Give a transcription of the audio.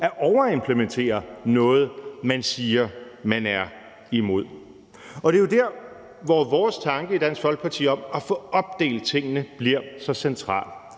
at overimplementere noget, man siger man er imod. Det er jo der, hvor vores tanke i Dansk Folkeparti om at få opdelt tingene bliver så central